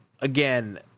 again